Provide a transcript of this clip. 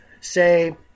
say